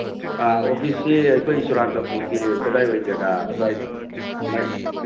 ꯑꯥ ꯑꯣꯐꯤꯁꯁꯤ ꯑꯩꯈꯣꯏ ꯆꯨꯔꯥꯆꯥꯟꯄꯨꯔ ꯀꯗꯥꯏꯋꯥꯏ ꯖꯒꯥ ꯑꯗ꯭ꯋꯥꯏ